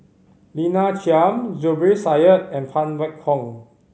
Lina Chiam Zubir Said and Phan Wait Hong